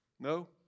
no